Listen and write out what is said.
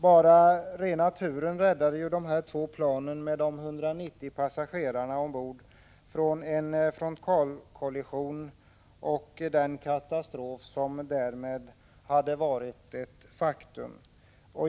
Bara rena turen räddade dessa två plan med 190 passagerare ombord från en frontalkollision och den katastrof som därmed hade varit ett faktum.